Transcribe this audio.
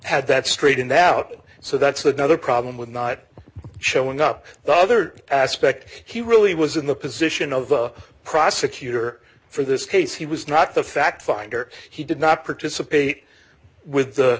had that straightened out so that's another problem with not showing up the other aspect he really was in the position of the prosecutor for this case he was not the fact finder he did not participate with the